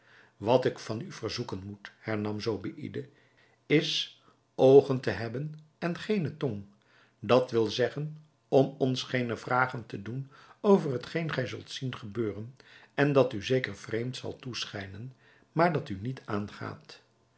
wat ik van u verzoeken moet hernam zobeïde is oogen te hebben en geene tong dat wil zeggen om ons geene vragen te doen over hetgeen gij zult zien gebeuren en dat u zeker vreemd zal toeschijnen maar dat u niet aangaat